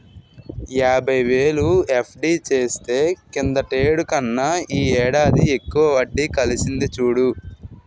యాబైవేలు ఎఫ్.డి చేస్తే కిందటేడు కన్నా ఈ ఏడాది ఎక్కువ వడ్డి కలిసింది చూడు